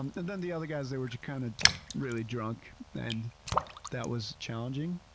um and then the other guys, they were just kind of really drunk and that was challenging,